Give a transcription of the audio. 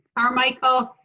carmichael.